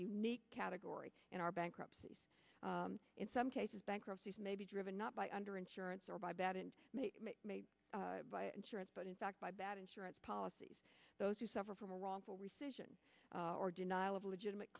unique category in our bankruptcy in some cases bankruptcies may be driven not by under insurance or by bad and made by insurance but in fact by bad insurance policies those who suffer from wrongful rescission or denial of legitimate